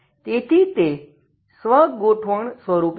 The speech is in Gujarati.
તેથી તે સ્વ ગોઠવણ સ્વરૂપે છે